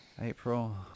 April